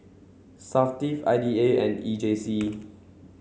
SAFTIF I D A and E J C